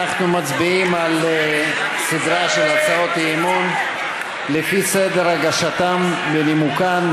אנחנו מצביעים על סדרה של הצעות אי-אמון לפי סדר הגשתן ונימוקן.